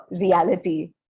reality